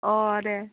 अ दे